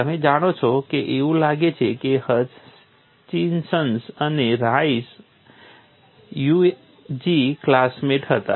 તમે જાણો છો કે એવું લાગે છે કે હચિન્સન અને રાઇસ UG ક્લાસમેટ હતા